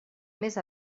més